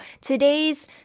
Today's